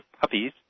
puppies